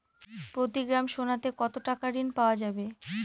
প্রতি গ্রাম সোনাতে কত টাকা ঋণ পাওয়া যাবে?